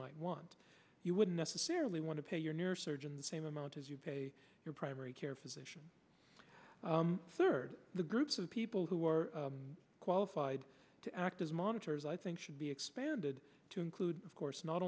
might want you would necessarily want to pay your neurosurgeon the same amount as you pay your primary care physician third the groups of people who are qualified to act as monitors i think should be expanded to include of course not